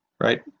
right